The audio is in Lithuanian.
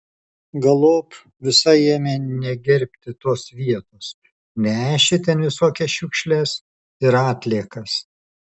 galop visai ėmė negerbti tos vietos nešė ten visokias šiukšles ir atliekas